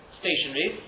stationary